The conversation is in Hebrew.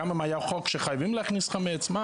גם אם היה חוק שחייבים להכניס חמץ,